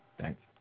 Thanks